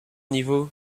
niveau